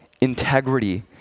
integrity